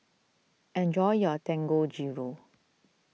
enjoy your Dangojiru